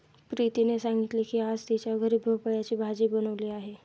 प्रीतीने सांगितले की आज तिच्या घरी भोपळ्याची भाजी बनवली आहे